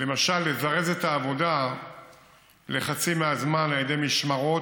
ובאזור הזה בוודאי אין אלטרנטיבה.